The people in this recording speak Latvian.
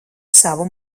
savu